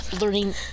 learning